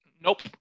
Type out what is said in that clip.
nope